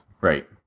Right